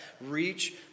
reach